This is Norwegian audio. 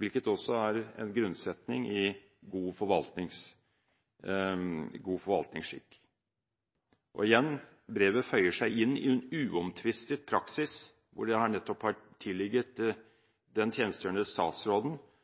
hvilket også er en grunnsetning i god forvaltningsskikk. Og igjen: Brevet føyer seg inn i en uomtvistet praksis hvor det nettopp har